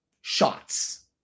Shots